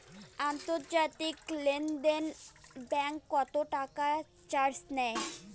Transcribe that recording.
আন্তর্জাতিক লেনদেনে ব্যাংক কত টাকা চার্জ নেয়?